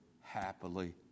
happily